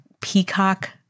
Peacock